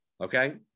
okay